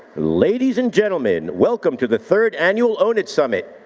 ladies and gentlemen, welcome to the third annual own it summit.